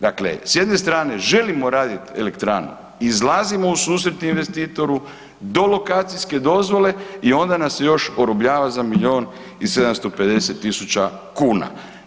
Dakle, s jedne strane želimo raditi elektranu, izlazimo u susret investitoru do lokacijske dozvole i onda nas se još orobljava za miliona i 750 tisuća kuna.